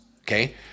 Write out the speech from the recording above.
okay